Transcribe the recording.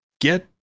get